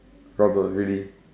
robber really